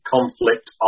Conflict